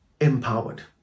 empowered